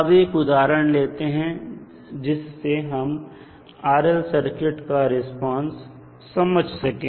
अब एक उदाहरण लेते हैं जिससे हम RL सर्किट का रिस्पांस समझ सके